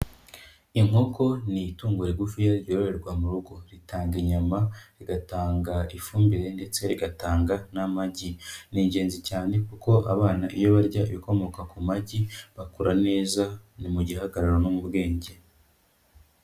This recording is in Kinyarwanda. Inkoko ni itungo rigufiya ryororerwa mu rugo, ritanga inyama, rigatanga ifumbire ndetse rigatanga n'amagi. Ni ingenzi cyane kuko abana iyo barya ibikomoka ku magi bakura neza ni mu gihagararo no mu bwenge.